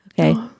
Okay